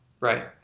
right